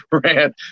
brand